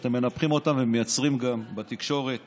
שאתם מנפחים אותם ומייצרים גם בתקשורת